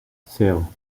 cero